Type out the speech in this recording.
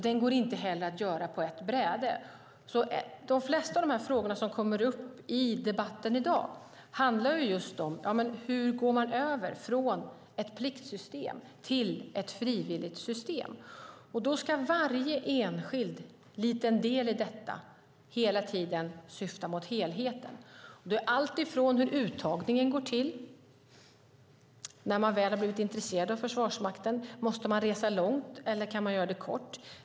Den går heller inte att göra på ett bräde. De flesta av de frågor som kommer upp i debatten i dag handlar just om: Hur går man över från ett pliktsystem till ett frivilligt system? Varje enskild liten del i detta ska hela tiden syfta mot helheten. Det är alltifrån hur uttagningen går till när man väl har blivit intresserad av Försvarsmakten. Måste man resa långt, eller kan man göra det kort?